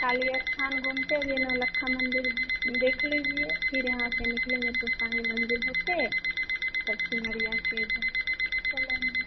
काली अस्थान घूमते नवलखा मंदिर देख लीजिए फिर यहाँ से निकलेंगे तो साईं मंदिर होते सिमरिया के इधर चलेंगे